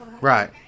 Right